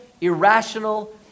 irrational